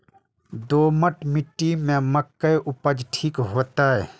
दोमट मिट्टी में मक्के उपज ठीक होते?